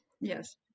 Yes